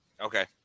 Okay